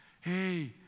Hey